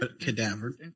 cadaver